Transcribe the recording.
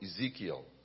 Ezekiel